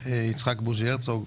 יצחק בוז'י הרצוג,